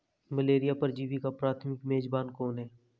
Malaria परजीवी का प्राथमिक मेजबान कौन है?